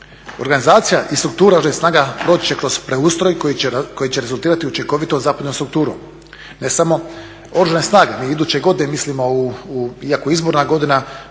Organizacija i struktura Oružanih snaga proći će kroz preustroj koji će rezultirati učinkovitom zapovjednom strukturom, ne samo Oružane snage, mi iduće godine mislimo, iako je izborna godina,